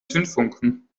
zündfunken